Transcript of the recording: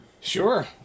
Sure